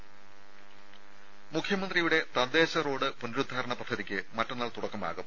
ടെടി മുഖ്യമന്ത്രിയുടെ തദ്ദേശ റോഡ് പുനരുദ്ധാരണ പദ്ധതിയ്ക്ക് മറ്റന്നാൾ തുടക്കമാകും